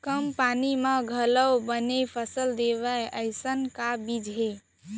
कम पानी मा घलव बने फसल देवय ऐसे का बीज हे?